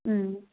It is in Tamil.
ம்